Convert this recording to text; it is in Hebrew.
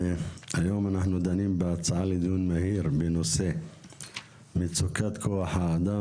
היום אנחנו דנים בהצעה לדיון מהיר בנושא "מצוקת כוח האדם